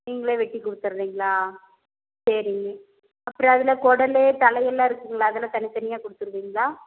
நீங்களே வெட்டி கொடுத்துறீங்களா சரி அப்புறம் அதில் கொடல் தலையல்லாம் இருக்குங்களா அதெல்லாம் தனித்தனியாக கொடுத்துருவீங்களா